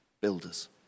builders